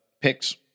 picks